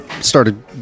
started